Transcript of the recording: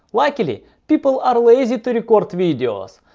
likely people are lazy to record videos.